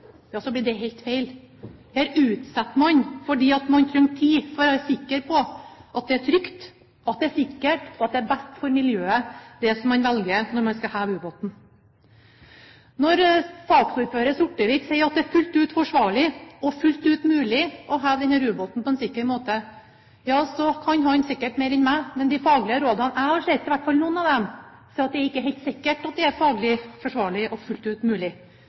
så blir det helt feil. Her utsetter man fordi man trenger tid for å være sikker på at det er trygt, at det er sikkert og at det er best for miljøet det man velger, når man skal heve ubåten. Når saksordføreren, Sortevik, sier at det er fullt ut forsvarlig og fullt ut mulig å heve denne ubåten på en sikker måte, ja, så kan han sikkert mer enn jeg kan, men de faglige rådene jeg har sett – i hvert fall noen av dem – sier at det ikke er helt sikkert at det er faglig forsvarlig og fullt ut mulig.